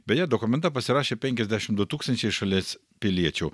beje dokumentą pasirašė penkiasdešimt du tūkstančiai šalies piliečių